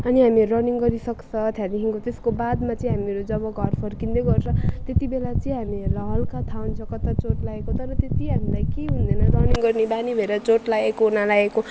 अनि हामी रनिङ गरिसक्छ त्यहाँदेखिको त्यसको बादमा चाहिँ हामीहरू जब घर फर्किँदै गर्छ त्यति बेला चाहिँ हामीहरूलाई हल्का थाहा हुन्छ कता चोट लागेको तर त्यति हामीलाई केही हुँदैन रनिङ गर्ने बानी भएर चोट लागेको नलागेको